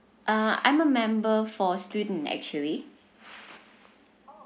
uh I'm a member for student actually